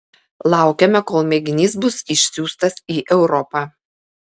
laukiame kol mėginys bus išsiųstas į europą